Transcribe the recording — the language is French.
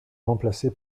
remplacé